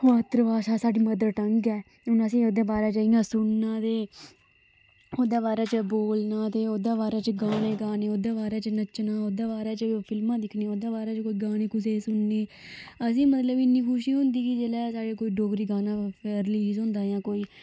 मातृभाषा स्हाड़ी mother tongue ऐ हुन असेंगी ओहदे बारे च इयां सुनना ते ओहदे बारे च बोलना ते ओह्दे बारे च गाने गाना ओह्दे बारे च नच्चना ओह्दे बारे च फिल्मां दिक्खनियां ओह्दे बारे च कोई गाने कुसे गी सुनने असेंगी मतलब की इन्नी खुशी होंदी की जेल्ले स्हाड़ा कोई डोगरी गाना रलीज हुंदा जां कोई